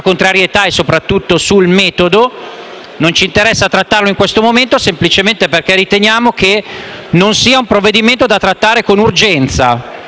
non ci interessa trattarlo in questo momento semplicemente perché riteniamo che non sia un provvedimento da trattare con urgenza.